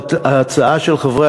ההצעה של חברי